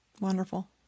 Wonderful